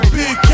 big